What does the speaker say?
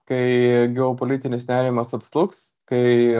kai geopolitinis nerimas atslūgs kai